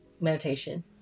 Meditation